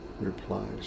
replies